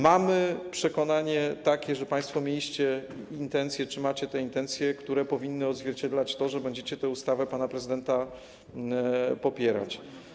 Mamy takie przekonanie, że państwo mieliście intencje czy macie te intencje, które powinny odzwierciedlać to, że będziecie tę ustawę pana prezydenta popierać.